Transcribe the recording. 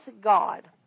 God